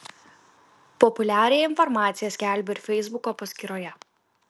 populiariąją informaciją skelbiu ir feisbuko paskyroje